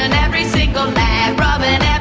and every single tag,